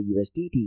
USDT